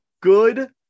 Good